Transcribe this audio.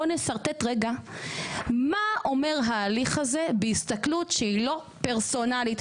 בוא נשרטט רגע מה אומר ההליך הזה בהסתכלות שהיא לא פרסונלית,